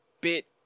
bit